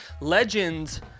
legends